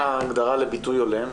ההגדרה לביטוי הולם?